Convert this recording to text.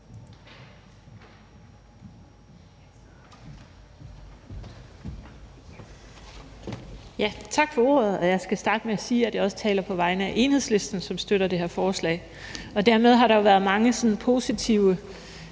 Tak for ordet. Jeg skal starte med at sige, at jeg også taler på vegne af Enhedslisten, som støtter det her forslag. Dermed har der jo været mange sådan positive